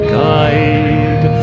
guide